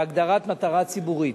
בהגדרת "מטרה ציבורית".